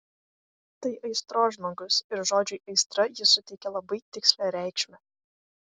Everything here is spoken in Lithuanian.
tai aistros žmogus ir žodžiui aistra jis suteikia labai tikslią reikšmę